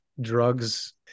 drugs